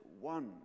one